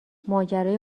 ماجرای